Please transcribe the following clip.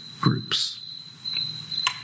groups